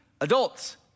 adults